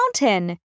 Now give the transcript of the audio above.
mountain